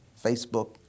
Facebook